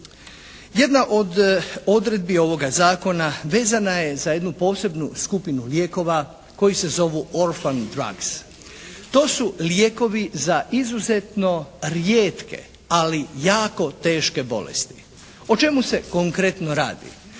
Jedna od odredbi ovoga zakona vezana je za jednu posebnu skupinu lijekova koji se zovu "orfan drogs". To su lijekovi za izuzetno rijetke ali jako teške bolesti. O čemu se konkretno radi?